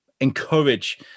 encourage